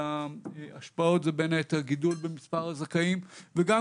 ההשפעות הן בין היתר גידול במספר הזכאים וגם